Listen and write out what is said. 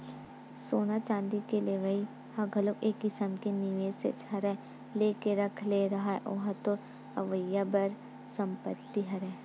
सोना चांदी के लेवई ह घलो एक किसम के निवेसेच हरय लेके रख ले रहा ओहा तोर अवइया समे बर संपत्तिच हरय